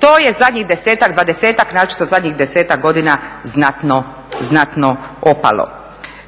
To je zadnjih desetak, dvadesetak naročito zadnjih desetak godina znatno opalo.